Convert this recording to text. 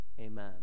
amen